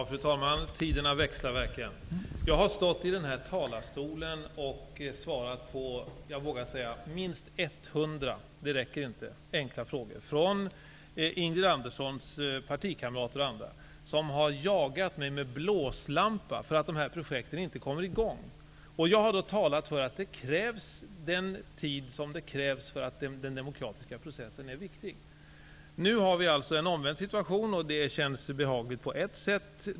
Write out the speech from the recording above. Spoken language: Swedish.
Fru talman! Tiderna växlar verkligen. Jag har stått i denna talarstol och svarat på minst, det vågar jag säga, 100 enkla frågor från Ingrid Anderssons partikamrater och andra som har jagat mig med blåslampa därför att projekten inte kommer i gång. Jag har talat om för dem att de får ta den tid som krävs, för den demokratiska processen är viktig. Nu har vi alltså en omvänd situation. Det känns behagligt på ett sätt.